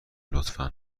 لطفا